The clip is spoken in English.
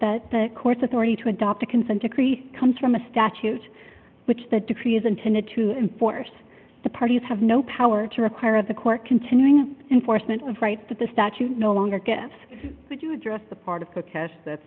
that the court's authority to adopt a consent decree comes from a statute which the decree is intended to enforce the parties have no power to require of the court continuing enforcement of rights that the statute no longer gets would you address the part of